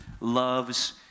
loves